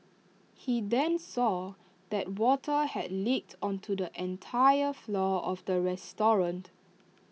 he then saw that water had leaked onto the entire floor of the restaurant